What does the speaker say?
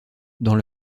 dans